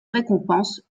récompense